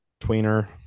Tweener